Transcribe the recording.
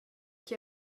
che